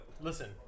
Listen